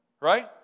right